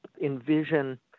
envision